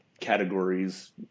categories